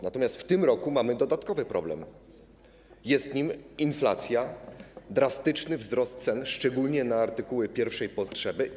Natomiast w tym roku mamy dodatkowy problem, jest nim inflacja, drastyczny wzrost cen, szczególnie na artykuły pierwszej potrzeby.